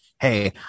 hey